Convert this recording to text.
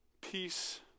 Peace